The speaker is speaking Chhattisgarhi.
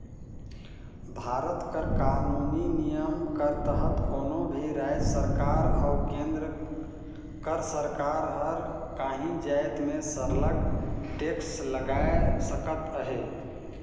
भारत कर कानूनी नियम कर तहत कोनो भी राएज सरकार अउ केन्द्र कर सरकार हर काहीं जाएत में सरलग टेक्स लगाए सकत अहे